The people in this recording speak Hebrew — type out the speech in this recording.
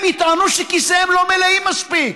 הם יטענו שכיסיהם לא מלאים מספיק.